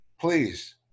Please